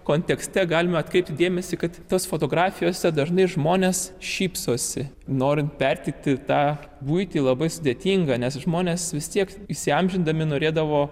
kontekste galime atkreipti dėmesį kad tas fotografijose dažnai žmonės šypsosi norint perteikti tą buitį labai sudėtinga nes žmonės vis tiek įsiamžindami norėdavo